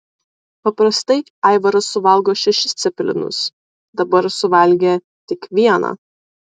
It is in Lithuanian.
paprastai aivaras suvalgo šešis cepelinus dabar suvalgė tik vieną